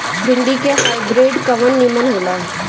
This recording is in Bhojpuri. भिन्डी के हाइब्रिड कवन नीमन हो ला?